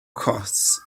costs